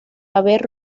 haber